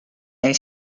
and